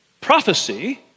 prophecy